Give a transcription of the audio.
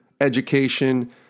education